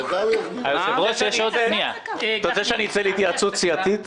אתה רוצה שאני אצא להתייעצות סיעתית?